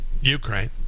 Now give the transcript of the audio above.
Ukraine